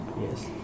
Yes